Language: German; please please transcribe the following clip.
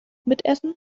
mitessen